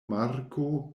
marko